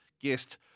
guest